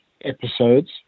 episodes